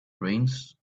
brains